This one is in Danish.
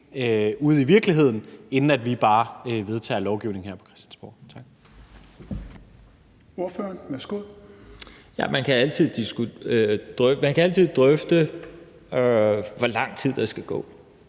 ude i virkeligheden, inden vi bare vedtager lovgivning her på Christiansborg?